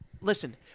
listen